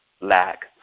lack